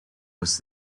was